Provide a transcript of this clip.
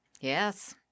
Yes